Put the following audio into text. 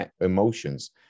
emotions